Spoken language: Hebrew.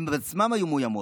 הן עצמן היו מאוימות,